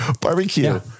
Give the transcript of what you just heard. barbecue